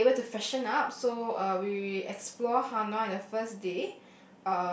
to be able to freshen up so uh we explore Hanoi the first day